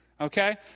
Okay